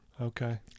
Okay